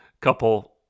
couple